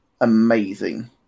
amazing